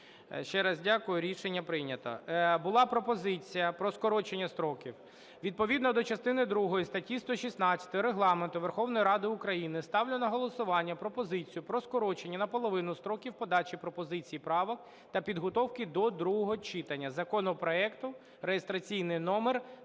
Ще раз дякую, рішення прийнято. Була пропозиція про скорочення строків. Відповідно до частини другої статті 116 Регламенту Верховної Ради України ставлю на голосування пропозицію про скорочення наполовину строків подачі пропозицій і правок та підготовки до другого читання законопроекту реєстраційний номер